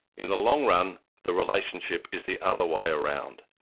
in the long run, the relationship is the other way around.